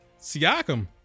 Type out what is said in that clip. Siakam